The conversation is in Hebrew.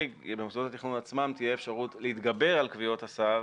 למוסדות התכנון עצמם באופן חריג תהיה אפשרות להתגבר על קביעות השר